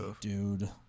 dude